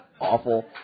awful